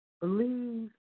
Believe